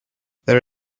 there